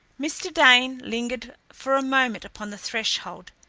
mr. dane lingered for a moment upon the threshold,